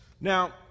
now